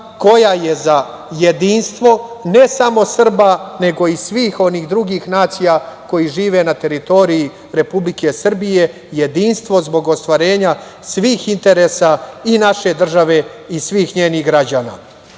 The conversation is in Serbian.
koja je za jedinstvo, ne samo Srba, nego i svih onih drugih nacija koje žive na teritoriji Republike Srbije, jedinstvo zbog ostvarenja svih interesa i naše države i svih njenih građana. Takođe,